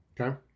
Okay